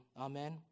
amen